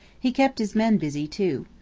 he kept his men busy too.